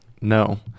No